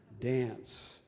dance